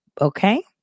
Okay